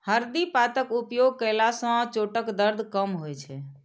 हरदि पातक उपयोग कयला सं चोटक दर्द कम होइ छै